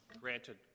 granted